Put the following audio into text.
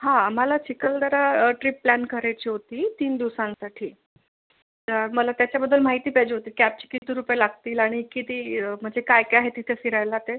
हा मला Chikhaldara trip plan करायची होती तीन दिवसांसाठी मला त्याच्याबद्दल माहिती पाहिजे होती कॅबची किती रुपये लागतील आणि किती म्हणजे काय काय आहे तिथे फिरायला ते